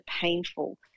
painful